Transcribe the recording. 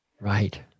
Right